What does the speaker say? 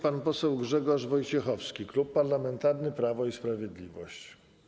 Pan poseł Grzegorz Wojciechowski, Klub Parlamentarny Prawo i Sprawiedliwość.